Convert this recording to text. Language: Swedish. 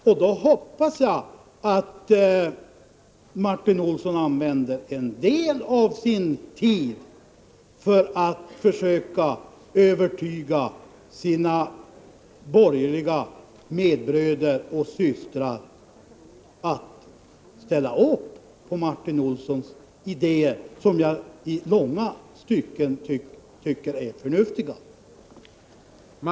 Jag hoppas att Martin Olsson då använder en del av sin tid till att försöka övertyga sina borgerliga medbröder och medsystrar om att ställa upp för hans idéer, som jag i långa stycken tycker är förnuftiga.